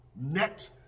Net